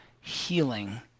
healing